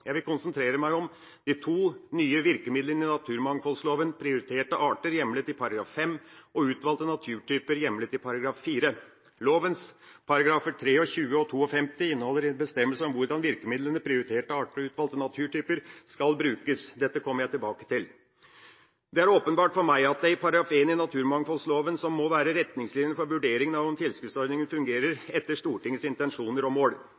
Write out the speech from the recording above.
Jeg vil konsentrere meg om de to nye virkemidlene i naturmangfoldloven: prioriterte arter hjemlet i § 5 og utvalgte naturtyper hjemlet i § 4. Lovens §§ 23 og 52 inneholder bestemmelser om hvordan virkemidlene prioriterte arter og utvalgte naturtyper skal brukes. Dette kommer jeg tilbake til. Det er åpenbart for meg at det er § 1 i naturmangfoldloven som må være retningsgivende for vurderingen av om tilskuddsordningene fungerer etter Stortingets intensjoner og